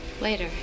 later